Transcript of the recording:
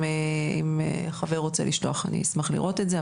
אם חבר רוצה לשלוח אני אשמח לראות את זה,